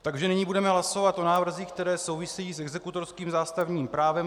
Takže nyní budeme hlasovat o návrzích, které souvisejí s exekutorským zástavním právem.